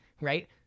Right